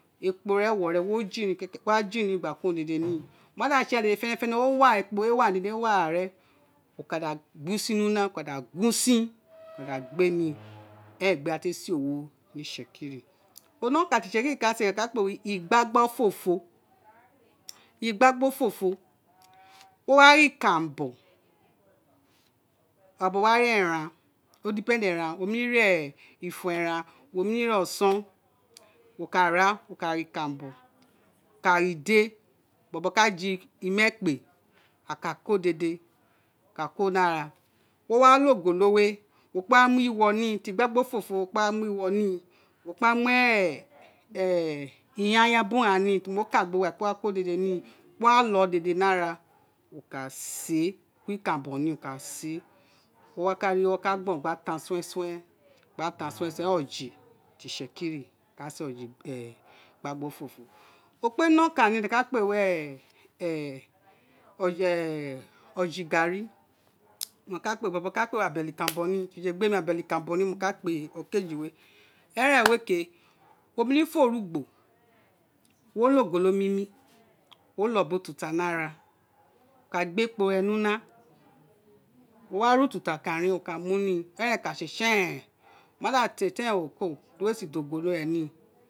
Ekpo rẹ wo rẹn wo jiria kekere gba jirin gba ko dede ni wo ma da sé dédé fẹnẹfene o wo ara dede wo ara ekpo wo ara re wo ka da gbe usin ni una wo ka da gun usin wo ka da gbe ni eian ti owo itsekiri one ọkan ti itsekiri ka sé ti a ka wun igbagba ofofo igbagba ofofo wo wara ikanranbo wo wa ra ikanranbo ira bobo wo wa ra eren o depend eran wo némi ra ifun eren wo né mi ra ọsọ iwo ka ra wo némi ra ikan ranbo wo kara idé bobo ka je im ekpé a ka ko dede a ka ko ni ara wo wa lo ogolo wé wa mu ni igbagba ofofo wo wa mu ni iwo kpé ra mu iyanyan biri uran ghan ni ti me ka wo kpé wa ko dédé ni wo wa lo dede ni ara wo ka sé ko ikanranbo ni wo ka sé iwo wa ri owa ka gbọrọn gba ta eren oje ti itsekiri ka sé oje gbe igbagba ofofo o kpé ne okan ti ene ka wun óje garri bobo ka kpe wun ka beli ikanranbo mi obeli ikanranbo ni mo kpe okeji wé erenwé ké wo némi fo orugbo wó lo ogolo mumi lo biri ututa ni ara wo ka gbé ékpo re ni una wo wa re ututa ọkan ni wo ka mu eren ka sé wo mada té eren kuro wo ka da ogolo re ni